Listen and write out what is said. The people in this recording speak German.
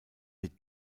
die